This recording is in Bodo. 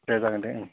दे जागोन दे ओं